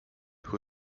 who